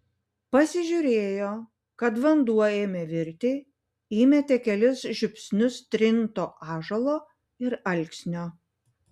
pasižiūrėjo kad vanduo ėmė virti įmetė kelis žiupsnius trinto ąžuolo ir alksnio